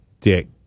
dick